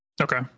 Okay